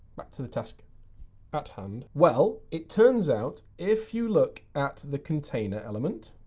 back to the task at hand. well, it turns out if you look at the container element